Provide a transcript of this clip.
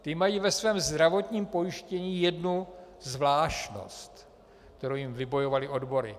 Ti mají ve svém zdravotním pojištění jednu zvláštnost, kterou jim vybojovaly odbory.